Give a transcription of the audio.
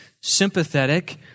sympathetic